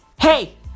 Hey